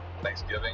Thanksgiving